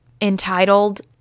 entitled